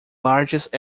largest